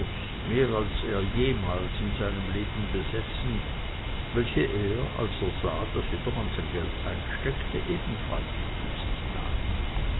mehr als er jemals in seinem leben besessen welche er als er sah daß jedermann sein geld einsteckte ebenfalls zu sich nahm